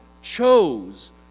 chose